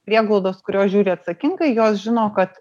prieglaudos kurios žiūri atsakingai jos žino kad